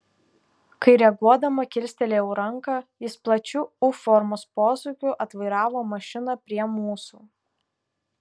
kai reaguodama kilstelėjau ranką jis plačiu u formos posūkiu atvairavo mašiną prie mūsų